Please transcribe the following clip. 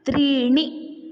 त्रीणि